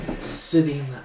sitting